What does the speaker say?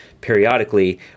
periodically